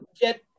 get